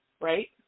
Right